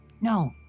No